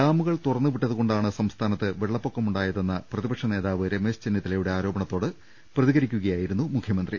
ഡാമുകൾ തുറന്നുവിട്ടതുകൊണ്ടാണ് സംസ്ഥാനത്ത് വെള്ളപ്പൊക്കമു ണ്ടായതെന്ന പ്രതിപക്ഷ നേതാവ് രമേശ് ചെന്നിത്തലയുടെ ആരോപണത്തോട് പ്രതികരിക്കുകയായിരുന്നു മുഖൃമന്ത്രി